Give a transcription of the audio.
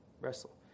wrestle